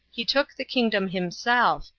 he took the kingdom himself,